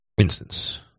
instance